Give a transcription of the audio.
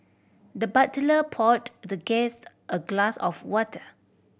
the butler poured the guest a glass of water